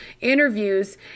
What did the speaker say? interviews